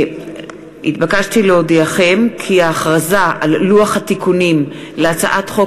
התבקשתי להודיעכם כי ההודעה על לוח התיקונים להצעת חוק